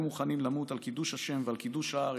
מוכנים למות על קידוש השם ועל קידוש הארץ.